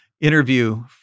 interview